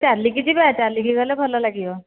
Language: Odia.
ଚାଲିକି ଯିବା ଚାଲିକି ଗଲେ ଭଲ ଲାଗିବ